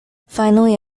finally